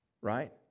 Right